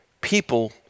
people